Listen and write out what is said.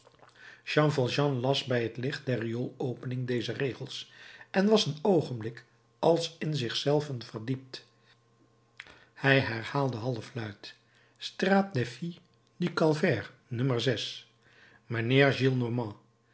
jean valjean las bij het licht der rioolopening deze regels en was een oogenblik als in zich zelven verdiept hij herhaalde halfluid straat des filles du calvaire no